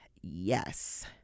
yes